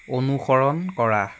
অনুসৰণ কৰা